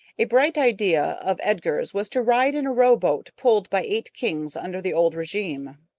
a bright idea of edgar's was to ride in a row-boat pulled by eight kings under the old regime.